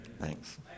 Thanks